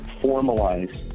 formalize